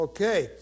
Okay